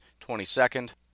22nd